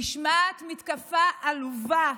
נשמעת מתקפה עלובה,